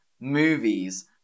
movies